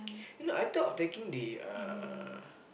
you know I thought of taking the uh